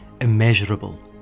immeasurable